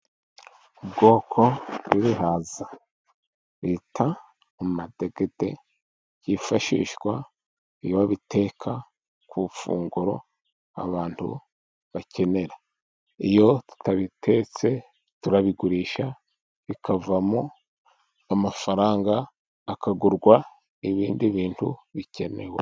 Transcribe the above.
Ubwoko bw'ibihaza bita amadegede, byifashishwa iyo babiteka ku funguro abantu bakenera ,iyo tutabitetse turabigurisha bikavamo amafaranga akagurwa ibindi bintu bikenewe.